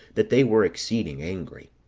that they were exceeding angry.